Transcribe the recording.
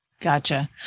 Gotcha